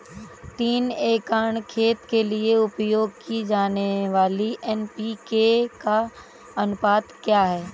तीन एकड़ खेत के लिए उपयोग की जाने वाली एन.पी.के का अनुपात क्या है?